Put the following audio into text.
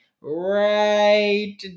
right